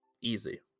Easy